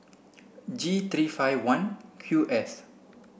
G three five one Q S